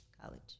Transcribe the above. college